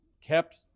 kept